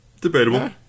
Debatable